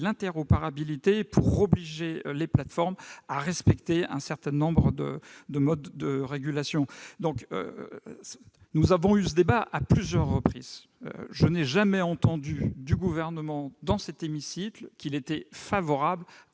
l'interopérabilité pour obliger les plateformes à respecter un certain nombre de modes de régulation. Nous avons eu ce débat à plusieurs reprises. Je n'ai jamais entendu le Gouvernement dire, dans cet hémicycle, qu'il était favorable